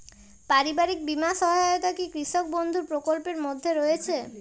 পারিবারিক বীমা সহায়তা কি কৃষক বন্ধু প্রকল্পের মধ্যে রয়েছে?